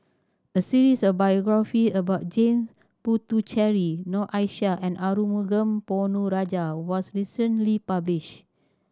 a series of biography about Jame Puthucheary Noor Aishah and Arumugam Ponnu Rajah was recently published